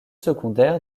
secondaires